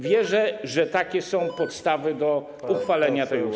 Wierzę, że takie są podstawy do uchwalenia tej ustawy.